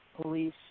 Police